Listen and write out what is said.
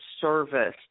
service